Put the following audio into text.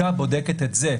אבל הבדיקה בודקת את זה.